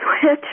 switch